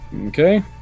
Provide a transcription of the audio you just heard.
okay